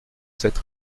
sept